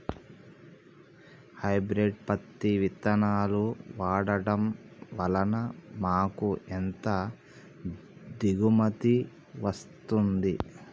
Hybrid పత్తి విత్తనాలు వాడడం వలన మాకు ఎంత దిగుమతి వస్తుంది?